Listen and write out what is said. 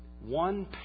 one